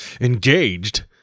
Engaged